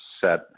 set